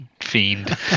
fiend